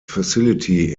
facility